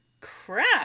Crap